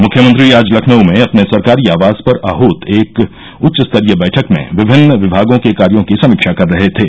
मुख्यमंत्री आज लखनऊ में अपने सरकारी आवास पर आहूत एक उच्चस्तरीय बैठक में विभिन्न विभागों के कार्यों की समीक्षा कर रहे थे